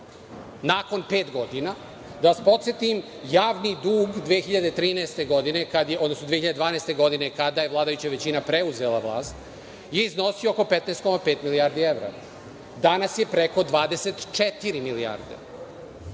nakon pet godina, da vas podsetim javni dug 2013. godine, odnosno 2012. godine kada je vladajuća većina preuzela vlast, je iznosio oko 15,5 milijardi evra. Danas je preko 24 milijarde. Govorili